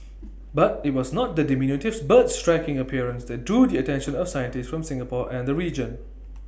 but IT was not the diminutive bird's striking appearance that drew the attention of scientists from Singapore and the region